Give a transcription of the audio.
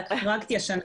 חרגתי השנה,